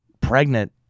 pregnant